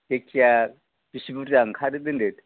जायखिजाया बेसे बुरजा ओंखारो दोनदो